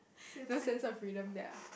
no sense of rhythm ya